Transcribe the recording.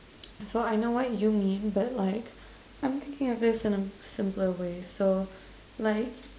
so I know what you mean but like I'm thinking of this in a simpler way so like